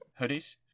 Hoodies